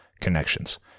connections